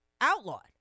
outlawed